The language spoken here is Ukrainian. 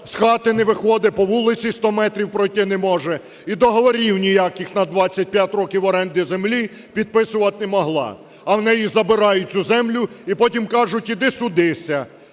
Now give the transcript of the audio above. з хати не виходе, по вулиці сто метрів пройти не може і договорів ніяких на 25 років оренди землі підписувати не могла. А у неї забирають цю землю і потім кажуть: "Іди судися".